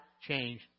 change